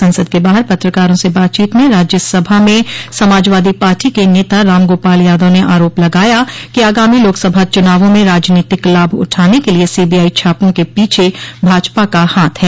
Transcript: संसद के बाहर पत्रकारों से बातचीत में राज्यसभा में समाजवादी पार्टी के नेता राम गोपाल यादव ने आरोप लगाया कि आगामी लोकसभा चुनावों में राजनीतिक लाभ उठाने के लिए सीबीआई छापों के पीछे भाजपा का हाथ है